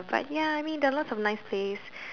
but ya I mean there are lots of nice place